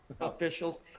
Officials